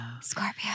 Scorpio